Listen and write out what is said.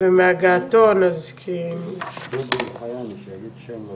אז חייבים הכוחות המבצעיים,